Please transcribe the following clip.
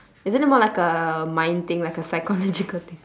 isn't it more like a mind thing like a psychological thing